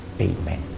Amen